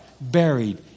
buried